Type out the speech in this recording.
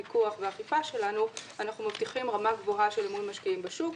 הפיקוח והאכיפה שלנו אנחנו מבטיחים רמה גבוהה של אמון משקיעים בשוק.